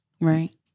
Right